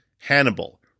Hannibal